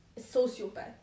sociopath